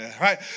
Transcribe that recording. right